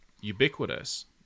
ubiquitous